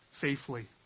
safely